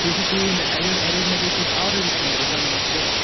C C T V ہُنٛد added arrangement چھُ اَسہِ آلریٚڈی تھوٚومُت دُکانن منٛز کٔرِتھ